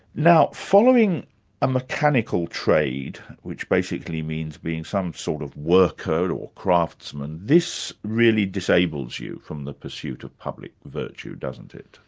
now following a mechanical trade, which basically means being some sort of worker or craftsman, this really disables you from the pursuit of public virtue, doesn't it?